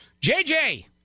JJ